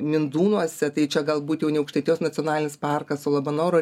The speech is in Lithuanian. mindūnuose tai čia galbūt jau ne aukštaitijos nacionalinis parkas su labanoro